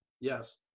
Yes